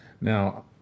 Now